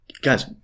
Guys